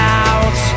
out